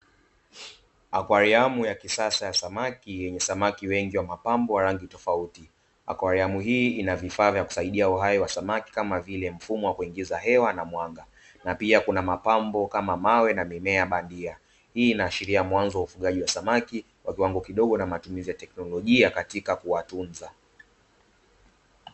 Akwariamu ya kisasa ya samaki yenye samaki wengi wa mapambo wa rangi tofauti, akwariamu hii ina vifaa vya kusaidia uhai wa samaki kama vile mfumo wa kuingiza hewa na mwanga na pia kuna mapambo kama mawe na mimea bandia; hii inaashiria mwanzo wa ufugaji wa samaki kwa kiwango kidogo na matumizi ya teknolojia katika kuwatunza.